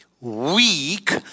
weak